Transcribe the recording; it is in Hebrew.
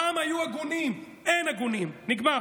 פעם היו הגונים, אין הגונים, נגמר.